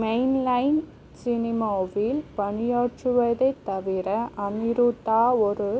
mainline சினிமாவில் பணியாற்றுவதைத் தவிர அனிருத்தா ஒரு